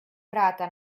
vrata